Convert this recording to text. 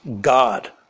God